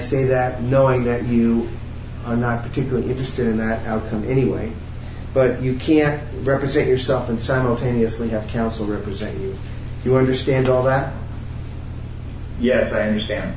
say that knowing that you are not particularly interested in that outcome in any way but you can't represent yourself and simultaneously have counsel representing you understand all that yet i understand